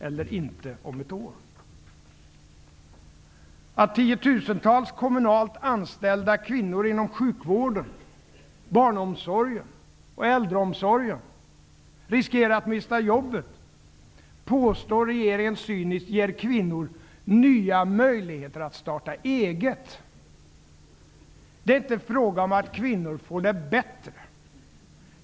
Det faktum att tiotusentals kommunalt anställda kvinnor inom sjukvården, barnomsorgen och äldreomsorgen riskerar att mista jobbet påstår regeringen cyniskt ger kvinnor nya möjligheter att starta eget. Det är inte fråga om att kvinnor får det bättre.